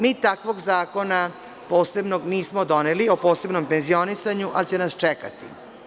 Mi takvog zakona posebnog nismo doneli, a posebno o penzionisanju, ali će nas čekati.